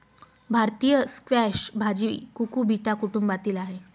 भारतीय स्क्वॅश भाजी कुकुबिटा कुटुंबातील आहे